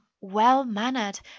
well-mannered